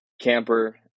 camper